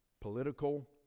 political